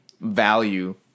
value